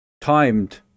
timed